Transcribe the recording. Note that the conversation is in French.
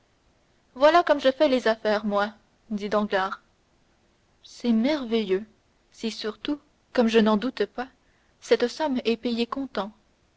voilà comme je fais les affaires moi dit danglars c'est merveilleux si surtout comme je n'en doute pas cette somme est payée comptant